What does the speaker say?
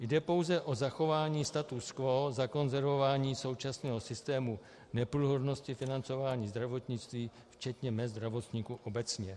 Jde pouze o zachování statu quo, zakonzervování současného systému neprůhlednosti financování zdravotnictví, včetně zdravotníků obecně.